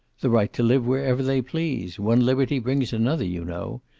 the right to live wherever they please. one liberty brings another, you know.